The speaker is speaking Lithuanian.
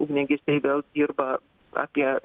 ugniagesiai vėl dirba apie